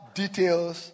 details